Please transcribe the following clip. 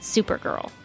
Supergirl